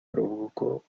provocó